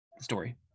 story